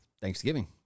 Thanksgiving